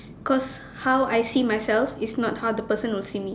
cause how I see myself is not how the person will see me